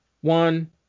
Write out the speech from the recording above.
One